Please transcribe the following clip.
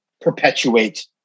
perpetuate